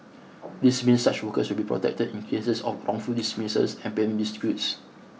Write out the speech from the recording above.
this means such workers will be protected in cases of wrongful dismissals and payment disputes